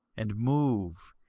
and move,